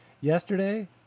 Yesterday